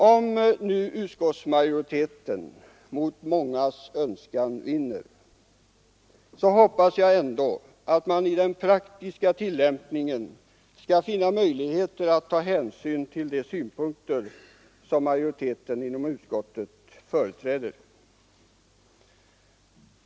Om nu utskottsmajoriteten mot mångas önskan vinner, så hoppas jag ändå att man i den praktiska tillämpningen skall finna möjligheter att ta hänsyn till de synpunkter som minoriteten inom utskottet företräder.